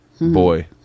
Boy